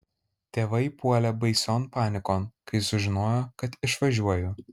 tėvai puolė baision panikon kai sužinojo kad išvažiuoju